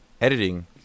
editing